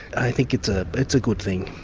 i think it's ah it's a good thing.